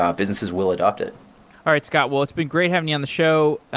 ah businesses will adopt it all right, scott. well it's been great having you on the show.